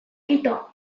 kito